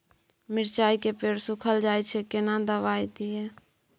मिर्चाय के पेड़ सुखल जाय छै केना दवाई दियै?